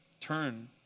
turn